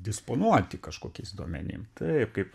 disponuoti kažkokiais duomenim taip kaip